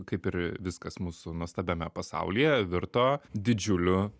kaip ir viskas mūsų nuostabiame pasaulyje virto didžiuliu